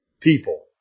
people